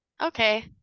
Okay